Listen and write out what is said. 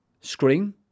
screen